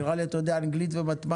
נראה לי שאתה יודע אנגלית ומתמטיקה.